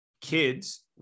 kids